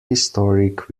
historic